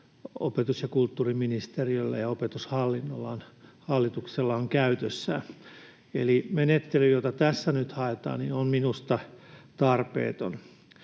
opetus- ja kulttuuriministeriöllä ja Opetushallituksella on jo nyt käytössään. Eli menettely, jota tässä nyt haetaan, on minusta tarpeeton.